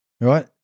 right